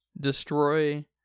Destroy